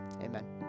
Amen